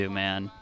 man